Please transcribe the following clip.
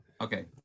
Okay